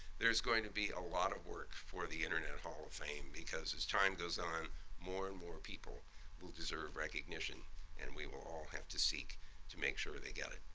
there's going to be ah lot of work for the internet hall of fame because as time goes on more and more people will deserve recognition and we will all have to seek to make sure they get it.